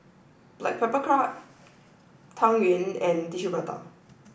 Black Pepper Crab Tang Yuen and Tissue Prata